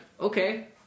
okay